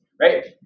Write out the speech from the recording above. right